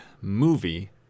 movie